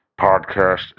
podcast